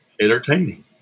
entertaining